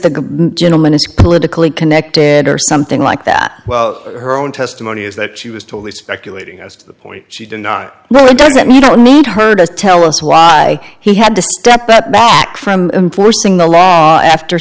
the gentleman is politically connected or something like that well her own testimony is that she was totally speculating as to the point she did not know and don't need her to tell us why he had to step back from enforcing the law after